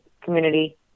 community